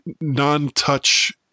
non-touch